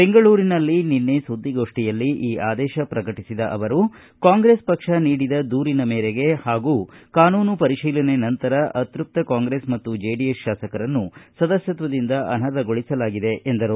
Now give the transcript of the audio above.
ಬೆಂಗಳೂರಿನಲ್ಲಿ ನಿನ್ನೆ ಸುದ್ದಿಗೋಷ್ಠಿಯಲ್ಲಿ ಈ ಆದೇಶ ಪ್ರಕಟಿಸಿದ ಅವರು ಕಾಂಗ್ರೆಸ್ ಪಕ್ಷ ನೀಡಿದ ದೂರಿನ ಮೇರೆಗೆ ಹಾಗೂ ಕಾನೂನು ಪರಿಶೀಲನೆ ನಂತರ ಅತೃಪ್ತ ಕಾಂಗ್ರೆಸ್ ಮತ್ತು ಚೆಡಿಎಸ್ ಶಾಸಕರನ್ನು ಸದಸ್ಟತ್ವದಿಂದ ಅನರ್ಹಗೊಳಿಸಲಾಗಿದೆ ಎಂದರು